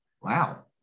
wow